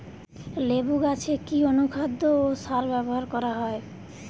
লেবু গাছে কি অনুখাদ্য ও সার ব্যবহার করা হয়?